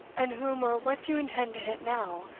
and whom or what do you intend to hit now,